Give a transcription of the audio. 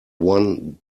one